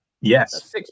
Yes